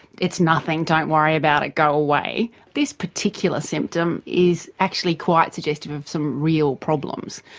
it's nothing, don't worry about it go away. this particular symptom is actually quite suggestive of some real problems.